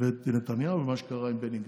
ואת נתניהו במה שקרה עם בני גנץ.